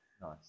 Nice